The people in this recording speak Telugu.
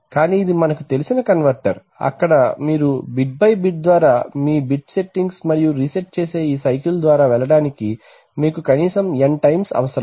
కానీ ఇది మనకు తెలిసిన కన్వర్టర్ అక్కడ మీరు బిట్ బై బిట్ ద్వారా మీకు బిట్స్ సెట్టింగ్ మరియు రీసెట్ చేసే ఈ సైకల్ ద్వారా వెళ్ళడానికి మీకు కనీసం n టైమ్స్ అవసరం